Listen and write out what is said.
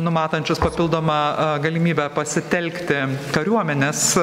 numatančius papildomą galimybę pasitelkti kariuomenės